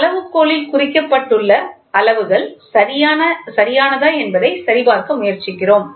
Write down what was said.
அளவுகோலில் குறிக்கப்பட்டுள்ள அளவுகள் சரியானதா என்பதை சரிபார்க்க முயற்சிக்கிறோம்